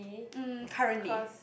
um currently